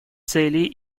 цели